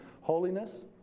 holiness